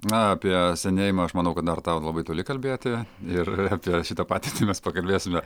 na apie senėjimą aš manau kad dar tau labai toli kalbėti ir apie šitą patirtį mes pakalbėsime